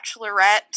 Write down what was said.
bachelorette